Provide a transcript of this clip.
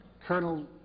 Colonel